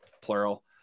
plural